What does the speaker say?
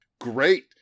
great